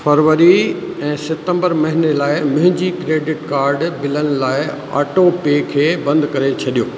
फ़रवरी ऐं सितंबर महीने लाइ मुंहिंजी क्रेडिट कार्ड बिलनि लाइ ऑटोपे खे बंदि करे छॾियो